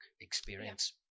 experience